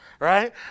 Right